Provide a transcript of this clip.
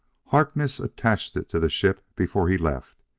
harkness attached it to the ship before he left,